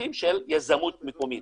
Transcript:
צרכים של יזמות מקומית.